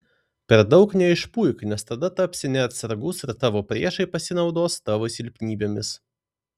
per daug neišpuik nes tada tapsi neatsargus ir tavo priešai pasinaudos tavo silpnybėmis